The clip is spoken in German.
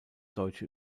deutsche